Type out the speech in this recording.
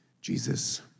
Jesus